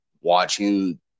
watching